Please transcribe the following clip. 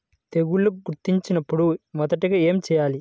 తెగుళ్లు గుర్తించినపుడు మొదటిగా ఏమి చేయాలి?